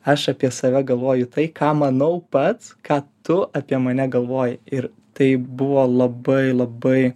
aš apie save galvoju tai ką manau pats ką tu apie mane galvoji ir tai buvo labai labai